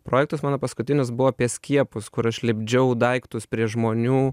projektus mano paskutinis buvo apie skiepus kur aš lipdžiau daiktus prie žmonių